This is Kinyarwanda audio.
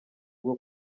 bwo